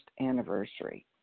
anniversary